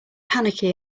panicky